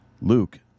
Luke